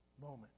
moment